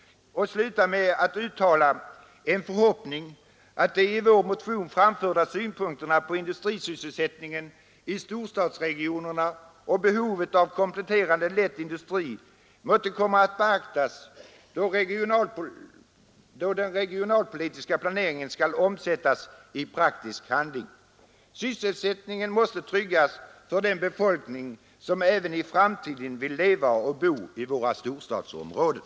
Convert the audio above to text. Låt mig uttala förhoppningen att de i vår motion framförda synpunkterna på industrisysselsättningen i storstadsregionerna och behovet av kompletterande lätt industri måtte komma att beaktas då den regionalpolitiska planeringen skall omsättas i praktisk handling. Sysselsättningen måste tryggas för den befolkning som även i framtiden vill leva och bo i våra storstadsområden.